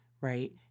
right